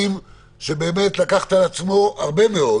ובאמת לקח על עצמו הרבה מאוד